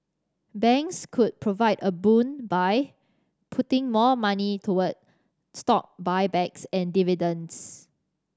banks could provide a boon by putting more money toward stock buybacks and dividends